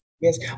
Yes